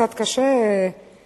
קצת קשה להסתייג,